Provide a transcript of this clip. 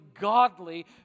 godly